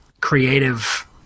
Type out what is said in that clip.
creative